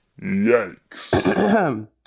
Yikes